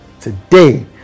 today